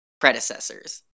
predecessors